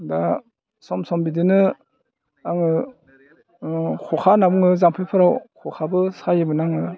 दा सम सम बिदिनो आङो खखा होनना बुङो जाम्फैफोराव खखाबो सायोमोन आङो